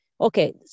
Okay